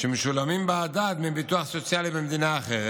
שמשולמים בעדה דמי ביטוח סוציאלי במדינה אחרת,